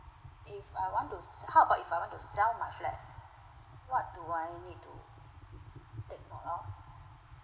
if I want to s~ how about if I want to sell my flat what do I need to take note of